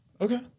Okay